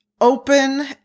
open